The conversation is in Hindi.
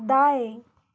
दाएँ